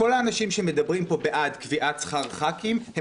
כל האנשים שמדברים פה בעד קביעת שכר ח"כים הם